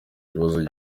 kibazo